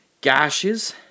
gashes